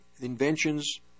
inventions